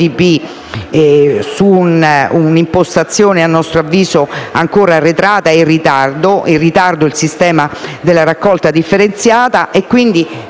con un'impostazione a nostro avviso ancora vecchia e in ritardo: è in ritardo il sistema della raccolta differenziata. Cito